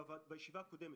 בישיבה הקודמת,